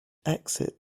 exit